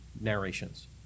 narrations